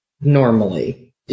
normally